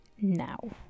now